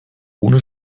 ohne